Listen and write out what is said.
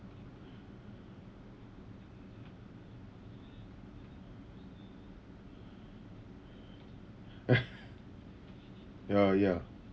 ya ya